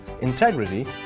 integrity